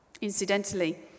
Incidentally